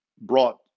brought